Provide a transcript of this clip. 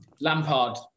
Lampard